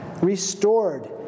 restored